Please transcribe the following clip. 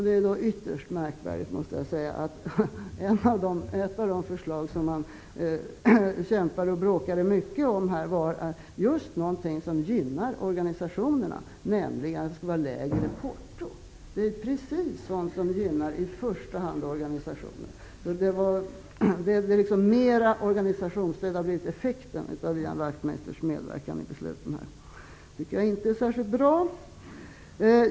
Det är ytterst märkligt att ett av de förslag som man har kämpat och bråkat mycket om är just någonting som gynnar organisationerna, nämligen lägre porto. Det är precis sådant som gynnar i första hand organisationer. Effekten av Ian Wachtmeisters medverkan i besluten är mera organisationsstöd. Det är inte särskilt bra.